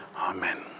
Amen